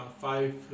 five